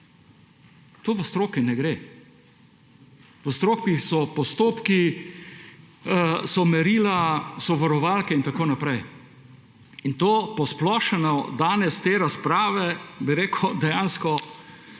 To v stroki ne gre. V stroki so postopki, so merila, so varovalke in tako naprej. Te posplošene današnje razprave dejansko